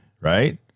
Right